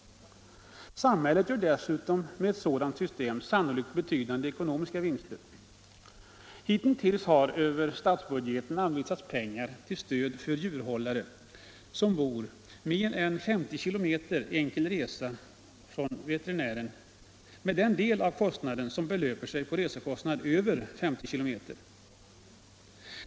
Samhället gör dessutom med ett sådant system sannolikt betydande ekonomiska vinster. Hitintills har över statsbudgeten anvisats pengar till stöd för djurhållare som bor mer än 50 km enkel resa från veterinären och som då fått statligt stöd med den del av resekostnaden som täcker sträckan över 50 km.